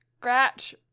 scratch